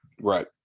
Right